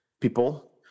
people